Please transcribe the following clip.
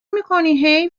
میکنی